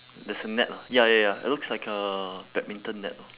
there's a net lah ya ya ya it looks like a badminton net lah